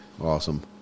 awesome